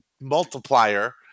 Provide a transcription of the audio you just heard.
multiplier